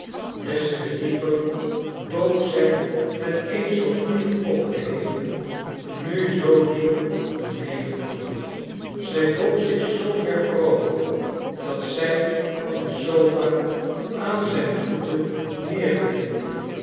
des te dieper boog zij het eens zoo fier opgeheven nu zoo diep vernederd hoofd zij boog zich zoover voorover dat zij van de sofa aan zijn voeten neergleed